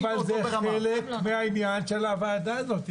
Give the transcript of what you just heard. אין להן אבא ואימא --- אבל זה חלק מהעניין של הוועדה הזאת.